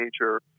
major